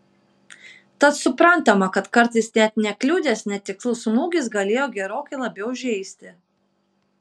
tad suprantama kad kartais net nekliudęs netikslus smūgis galėjo gerokai labiau žeisti